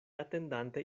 atendante